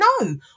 No